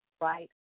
right